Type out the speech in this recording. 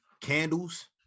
Candles